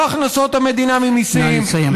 לא הכנסות המדינה ממיסים,